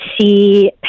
see